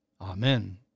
Amen